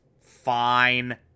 fine